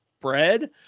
bread